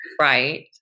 Right